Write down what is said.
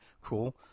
cool